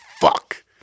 fuck